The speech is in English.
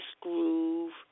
groove